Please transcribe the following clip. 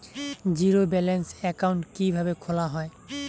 Zero balance account কিভাবে খোলা হয়?